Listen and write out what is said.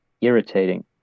irritating